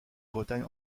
bretagne